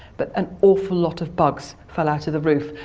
but an awful lot of bugs fell out of the roof,